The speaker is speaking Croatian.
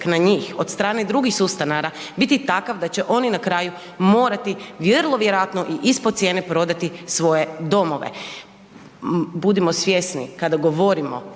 na njih od strane drugih sustanara biti takav da će oni na kraju morati vrlo vjerojatno i ispod cijene prodati svoje domove. Budimo svjesni kada govorimo